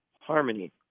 harmony